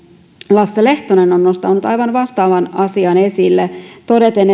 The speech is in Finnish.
lasse lehtonen on nostanut aivan vastaavan asian esille todeten